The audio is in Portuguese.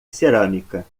cerâmica